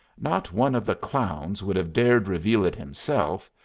not one of the clowns would have dared reveal it himself,